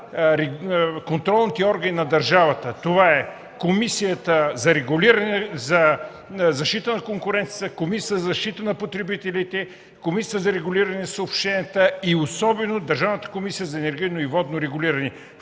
на контролните органи на държавата – Комисията за защита на конкуренцията, Комисията за защита на потребителите, Комисията за регулиране на съобщенията и особено Държавната комисия за енергийно и водно регулиране.